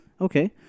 Okay